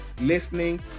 listening